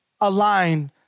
aligned